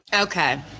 Okay